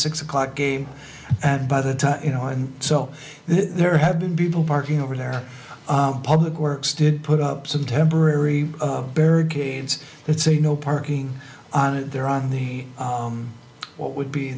six o'clock game and by the time you know and so there have been people parking over there public works did put up some temporary barricades it's a no parking on it there on the what would be